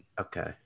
Okay